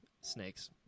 snakes